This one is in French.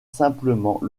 simplement